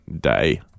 day